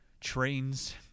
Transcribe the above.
trains